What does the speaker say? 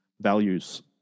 values